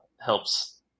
helps